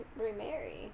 remarry